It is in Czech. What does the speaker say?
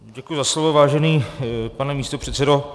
Děkuji za slovo, vážený pane místopředsedo.